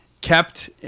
kept